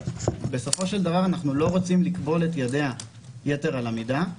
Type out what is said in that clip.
ובסופו של דבר אנחנו לא רוצים לכבול את ידיה יתר על המידה.